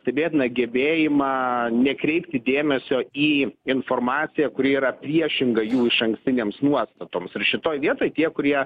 stebėtiną gebėjimą nekreipti dėmesio į informaciją kuri yra priešinga jų išankstinėms nuostatoms ir šitoj vietoj tie kurie